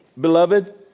Beloved